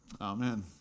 Amen